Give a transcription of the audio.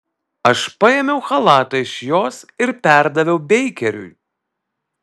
aš paėmiau chalatą iš jos ir perdaviau beikeriui